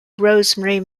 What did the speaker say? rosemary